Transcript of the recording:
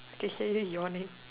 they say need your name